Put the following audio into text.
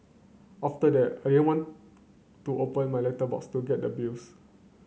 after that I didn't want to open my letterbox to get the bills